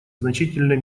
значительной